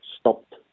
stopped